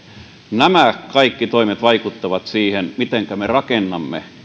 nämä kaikki toimet vaikuttavat siihen mitenkä me rakennamme